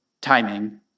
timing